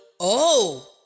Oh